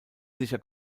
sicher